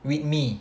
with me